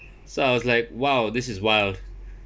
so I was like !wow! this is wild